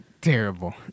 Terrible